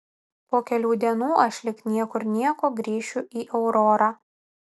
po kelių dienų aš lyg niekur nieko grįšiu į aurorą